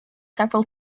several